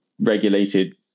regulated